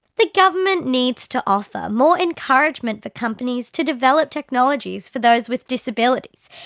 the government needs to offer more encouragement for companies to develop technologies for those with disabilities.